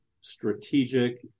strategic